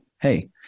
Hey